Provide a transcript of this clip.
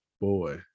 Boy